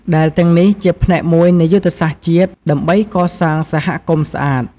ដែលទាំងនេះជាផ្នែកមួយនៃយុទ្ធសាស្ត្រជាតិដើម្បីកសាងសហគមន៍ស្អាត។